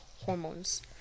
hormones